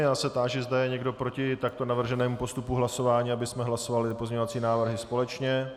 Já se táži, zda je někdo proti takto navrženému postupu hlasování, abychom hlasovali pozměňovací návrhy společně.